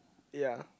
ya